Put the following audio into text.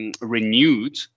Renewed